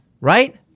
right